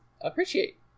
appreciate